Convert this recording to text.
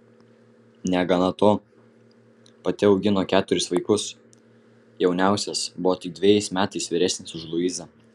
negana to pati augino keturis vaikus jauniausias buvo tik dvejais metais vyresnis už luizą